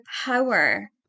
power